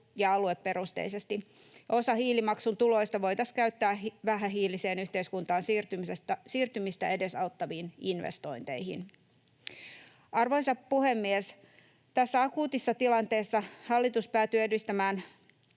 ja alueperusteisesti. Osa hiilimaksun tuloista voitaisiin käyttää vähähiiliseen yhteiskuntaan siirtymistä edesauttaviin investointeihin. Arvoisa puhemies! Tässä akuutissa tilanteessa hallitus päätyi edistämään